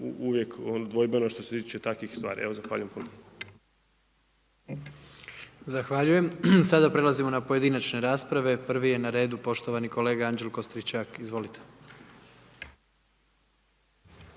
tu dvojbeno što se tiče takvih stvari. Zahvaljujem. **Jandroković, Gordan (HDZ)** Zahvaljujem. Sada prelazimo na pojedinačne rasprave. Prvi je na redu poštovani kolega Anđelko Stričak, izvolite.